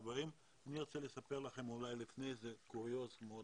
חברים, אני רוצה לספר לכם איזשהו קוריוז קטן.